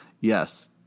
Yes